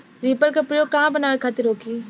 Reaper का प्रयोग का बनावे खातिन होखि?